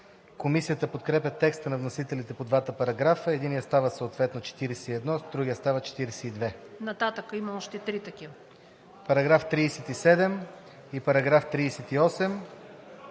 Комисията подкрепя текста на вносителите по двата параграфа – единият става съответно § 41, а другият става § 42. Параграф 37, § 38